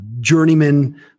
journeyman